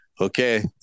okay